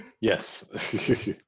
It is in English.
Yes